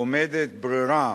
עומדת ברירה